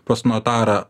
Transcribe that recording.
pas notarą